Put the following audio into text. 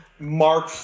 Mark